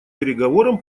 переговорам